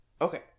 okay